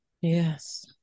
Yes